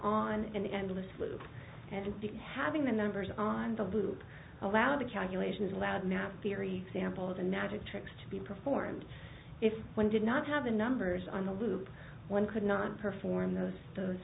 on an endless loop and the having the numbers on the loop allowed the calculations allowed math theory samples and magic tricks to be performed if one did not have the numbers on the loop one could not perform those those